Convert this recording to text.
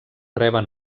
reben